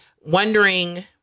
wondering